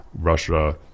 Russia